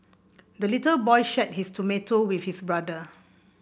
the little boy shared his tomato with his brother